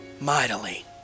mightily